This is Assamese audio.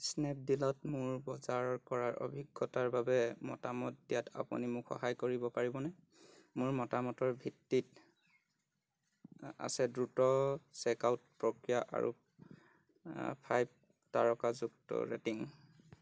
স্নেপডীলত মোৰ বজাৰ কৰাৰ অভিজ্ঞতাৰ বাবে মতামত দিয়াত আপুনি মোক সহায় কৰিব পাৰিবনে মোৰ মতামতৰ ভিত্তিত আ আছে দ্ৰুত চেকআউট প্ৰক্ৰিয়া আৰু ফাইভ তাৰকাযুক্ত ৰেটিং